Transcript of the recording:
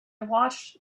watched